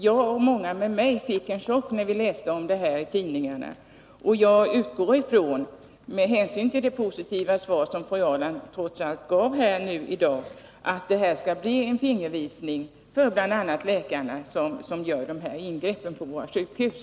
Jag och många med mig fick en chock när vi läste om det här förfarandet i tidningarna. Jag utgår ifrån, med hänsyn till det positiva svar som fru Ahrland trots allt gav här i dag, att det här skall bli en fingervisning för bl.a. läkarna som gör dessa ingrepp på våra sjukhus.